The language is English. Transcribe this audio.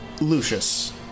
Lucius